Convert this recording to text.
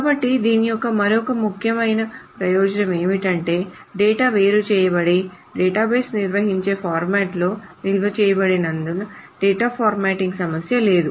కాబట్టి దీని యొక్క మరొక ముఖ్యమైన ప్రయోజనం ఏమిటంటే డేటా వేరుచేయబడి డేటాబేస్ నిర్వహించే ఫార్మాట్లో నిల్వ చేయబడినందున డేటా ఫార్మాట్టింగ్ సమస్య లేదు